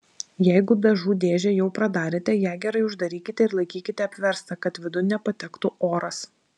jeigu dažų dėžę jau pradarėte ją gerai uždarykite ir laikykite apverstą kad vidun nepatektų oras